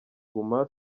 guma